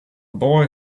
boy